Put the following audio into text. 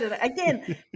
Again